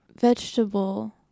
vegetable